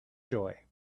joy